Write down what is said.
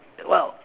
well